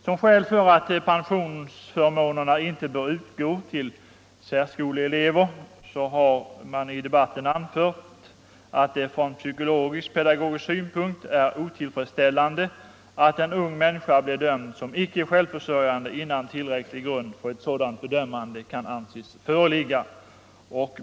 Som skäl för att pensionsförmånerna inte bör utgå till särskoleelver har man i debatten anfört att det från psykologisk-pedagogisk synpunkt är otillfredsställande att en ung människa blir bedömd som icke självförsörjande innan tillräcklig grund för ett sådant bedömande kan anses föreligga.